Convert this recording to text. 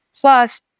plus